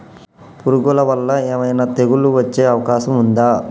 పురుగుల వల్ల ఏమైనా తెగులు వచ్చే అవకాశం ఉందా?